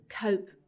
cope